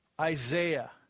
Isaiah